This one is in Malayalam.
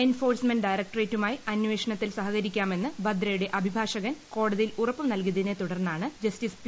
എൻഫോഴ്സ്മെന്റ് ഡയറക്ടറേറ്റുമായി അന്വേഷണത്തിൽ സഹകരിക്കാമെന്ന് വദ്രയുടെ അഭിഭാഷകൻ കോടതിയിൽ ഉറപ്പുനൽകിയതിനെത്തുടർന്ന്ജസ്റ്റിസ് പി